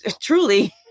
truly